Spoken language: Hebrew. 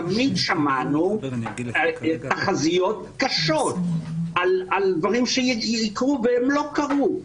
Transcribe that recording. תמיד שמענו תחזיות קשות על דברים שיקרו והם לא קרו.